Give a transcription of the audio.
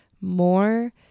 more